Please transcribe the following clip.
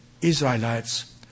Israelites